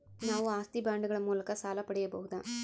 ನಾವು ಆಸ್ತಿ ಬಾಂಡುಗಳ ಮೂಲಕ ಸಾಲ ಪಡೆಯಬಹುದಾ?